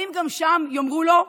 האם גם שם יאמרו לו: